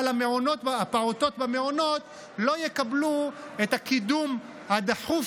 אבל הפעוטות במעונות לא יקבלו את הקידום הדחוף